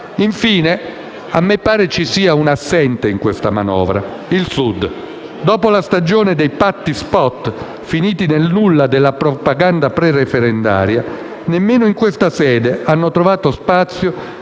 Infine, mi pare ci sia un assente in questa manovra: il Sud. Dopo la stagione dei patti-*spot*, finiti nel nulla della propaganda prereferendaria, nemmeno in questa sede hanno trovato spazio